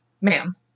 ma'am